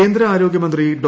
കേന്ദ്ര ആരോഗ്യമന്ത്രി ഡോ